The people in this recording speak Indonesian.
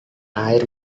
air